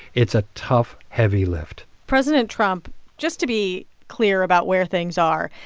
it's a tough, heavy lift president trump just to be clear about where things are,